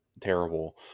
terrible